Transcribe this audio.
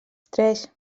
tres